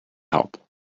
help